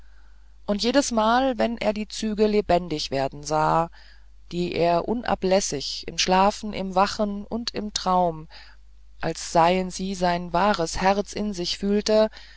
und jedesmal wenn er die züge lebendig werden sah die er unablässig im schlafen im wachen und im traum als seien sie sein wahres herz in sich fühlte